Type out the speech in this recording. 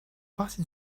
partie